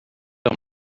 amb